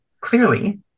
Clearly